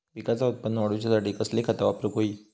पिकाचा उत्पन वाढवूच्यासाठी कसली खता वापरूक होई?